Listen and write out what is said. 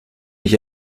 mich